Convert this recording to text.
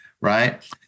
right